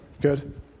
good